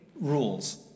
rules